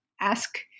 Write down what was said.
ask